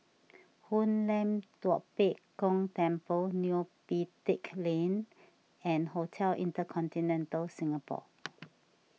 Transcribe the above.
Hoon Lam Tua Pek Kong Temple Neo Pee Teck Lane and Hotel Intercontinental Singapore